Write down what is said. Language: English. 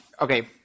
Okay